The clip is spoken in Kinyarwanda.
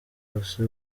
wose